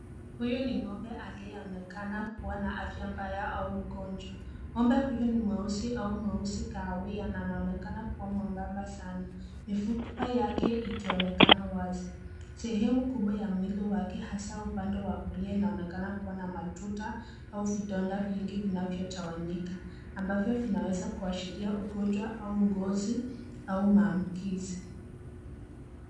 Huyu ni ng'ombe aliyeonekana kuwa na afya mbaya au mgonjwa.Ng'ombe huyu ni mweusi au mweusi kahawia na anaonekana kuwa mwembamba sana, mifupa yake ikionekana wazi. Sehemu kubwa ya mwili wake hasaa upande wa kulia inaonekana kuwa na matuta au vidonda vingi vinavyo tawanyika, ambavyo vinaweza kuashiria ugonjwa au ngozi au maambukizi.